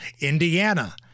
Indiana